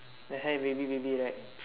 her hair wavy wavy right